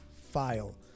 file